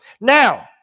Now